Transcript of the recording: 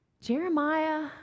Jeremiah